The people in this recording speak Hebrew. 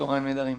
צוהריים נהדרים.